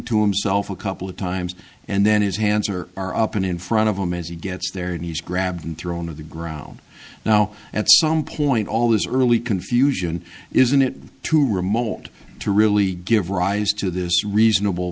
two him self a couple of times and then his hands are are up and in front of him as he gets there and he's grabbed and thrown to the ground now at some point all these early confusion isn't it too remote to really give rise to this reasonable